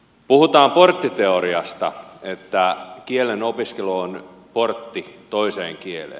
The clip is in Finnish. puhutaan porttiteoriasta että kielen opiskelu on portti toiseen kieleen